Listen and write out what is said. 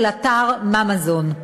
של אתר "מאמזון".